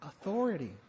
authority